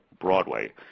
Broadway